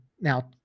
now